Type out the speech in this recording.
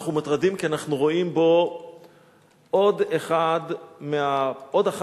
אנחנו מוטרדים כי אנחנו רואים בו עוד אחת מהפעולות